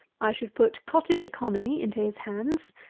i should put cottage economy into his hands,